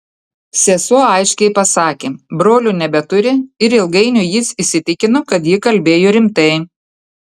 sesuo aiškiai pasakė brolio nebeturi ir ilgainiui jis įsitikino kad ji kalbėjo rimtai